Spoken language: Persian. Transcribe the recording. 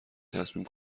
تصمیم